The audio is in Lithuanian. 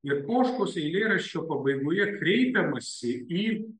ir poškos eilėraščio pabaigoje kreipiamasi į